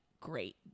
great